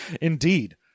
Indeed